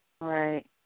Right